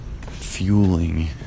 fueling